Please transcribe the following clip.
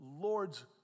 Lord's